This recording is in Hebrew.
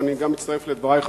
ואני גם מצטרף לדברייך,